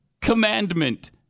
commandment